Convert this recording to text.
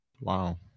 Wow